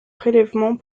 prélèvements